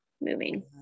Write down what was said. moving